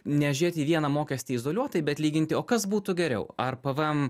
nežiūrėti į vieną mokestį izoliuotai bet lyginti o kas būtų geriau ar pvm